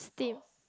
steam